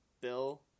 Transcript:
bill